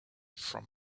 from